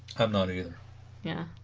i'm not either yeah